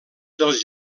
dels